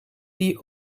die